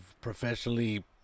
professionally